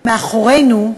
מאחורינו,